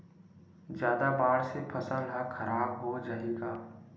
जादा बाढ़ से फसल ह खराब हो जाहि का?